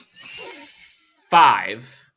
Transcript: five